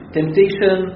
Temptation